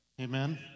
Amen